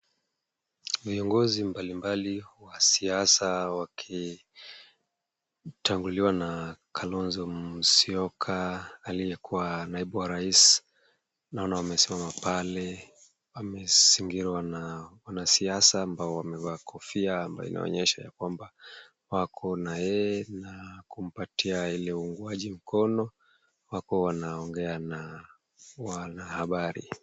Vyongozi mbali mbali wa siasa, wakitanguliwa na Kalonzo Musyoka. Aliyekuwa naibu wa rais, naona wamesimama pale. Wamezingirwa na wanasiasa ambao wamevaa kofia ambayo inaonyesha ya kwamba, wako na yeye na kumpatia ile uungwaji mkono, wako wanaongea na wana habari.